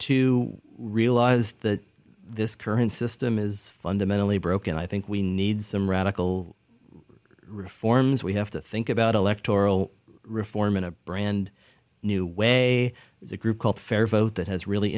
to realize that this current system is fundamentally broken i think we need some radical reforms we have to think about electoral reform in a brand new way a group called fair vote that has really